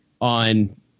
on